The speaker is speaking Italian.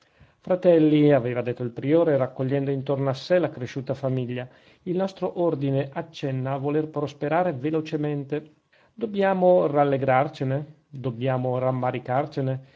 fratelli aveva detto il priore raccogliendo intorno a sè la cresciuta famiglia il nostro ordine accenna a voler prosperare velocemente dobbiamo rallegrarcene dobbiamo rammaricarcene